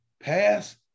Pass